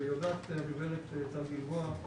ויודעת הגב' טל גלבוע,